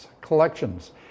collections